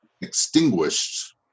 extinguished